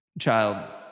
child